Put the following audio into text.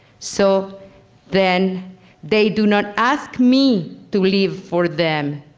so then they do not ask me to live for them.